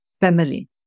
Family